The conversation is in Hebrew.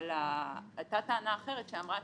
אבל הייתה טענה אחרת שאמרה,